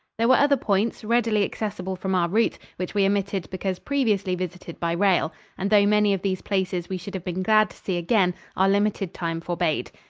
there were other points, readily accessible from our route, which we omitted because previously visited by rail and though many of these places we should have been glad to see again, our limited time forbade.